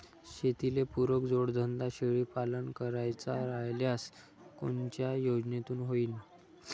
शेतीले पुरक जोडधंदा शेळीपालन करायचा राह्यल्यास कोनच्या योजनेतून होईन?